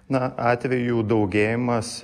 na atvejų daugėjimas